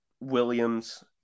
Williams